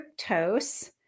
fructose